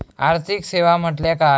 आर्थिक सेवा म्हटल्या काय?